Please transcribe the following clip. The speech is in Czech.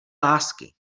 lásky